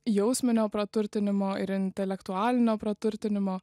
jausminio praturtinimo ir intelektualinio praturtinimo